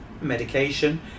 medication